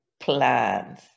plans